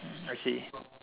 I see